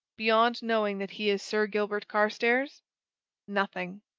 beyond knowing that he is sir gilbert carstairs nothing!